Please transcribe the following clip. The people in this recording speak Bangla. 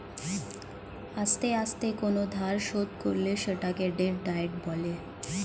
আস্তে আস্তে কোন ধার শোধ করলে সেটাকে ডেট ডায়েট বলে